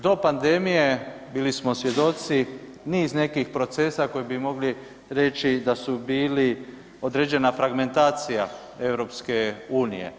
Do pandemije bili smo svjedoci niz nekih procesa koji bi mogli reći da su bili određena fragmentacija EU.